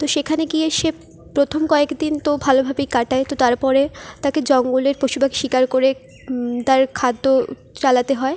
তো সেখানে গিয়ে সে প্রথম কয়েক দিন তো ভালোভাবেই কাটায় তো তারপরে তাকে জঙ্গলের পশু পাখি শিকার করে তার খাদ্য চালাতে হয়